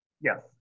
Yes